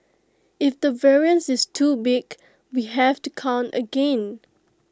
if the variance is too big we have to count again